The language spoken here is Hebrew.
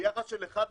ליחס של 1 ל-2.